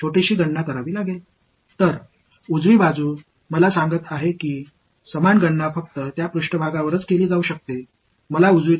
அதேசமயம் அதே கணக்கீட்டை மேற்பரப்பில் மட்டுமே செய்ய முடியும் என்று வலது புறம் என்னிடம் சொல்கிறது